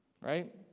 right